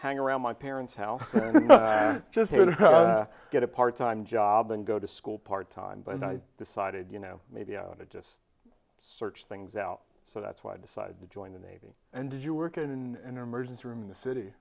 hang around my parents house just get a part time job and go to school part time but i decided you know maybe out of just search things out so that's why i decided to join the navy and did you work in an emergency room in the